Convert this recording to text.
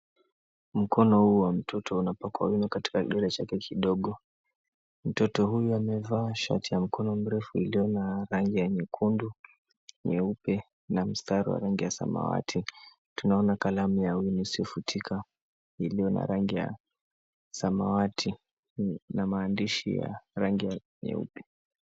Mkono huu wa mtoto unapakwa wino katika kidole chake kidogo. Mtoto huyu amevaa shati ya mkono mrefu iliyo na rangi ya nyekundu, nyeupe na mstari wa rangi ta samawati. Tunaona kalamu ya wino isiyo futika iliyo na rangi ya samawati, na maandishi ya rangi nyeupe.